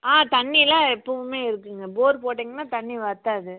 ஆ தண்ணியெலாம் எப்பவுமே இருக்கும்ங்க போர் போட்டிங்கன்னா தண்ணி வற்றாது